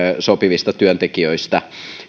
sopivista työntekijöistä